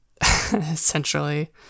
essentially